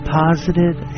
positive